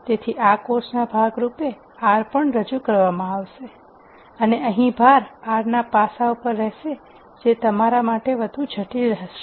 તેથી આ કોર્સના ભાગ રૂપે આર પણ રજૂ કરવામાં આવશે અને અહીં ભાર આર ના પાસાઓ પર રહેશે જે તમારા માટે વધુ જટિલ હશે રહેશે